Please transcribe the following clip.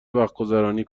وقتگذرانی